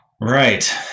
Right